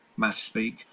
Mathspeak